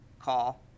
call